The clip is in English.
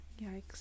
Yikes